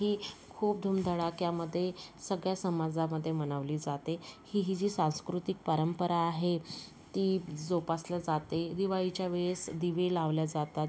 ही खूप धूमधडाक्यामध्ये सगळ्या समाजामधे मनवली जाते ही ही जी सांस्कृतिक परंपरा आहे ती जोपासल्या जाते दिवाळीच्या वेळेस दिवे लावल्या जातात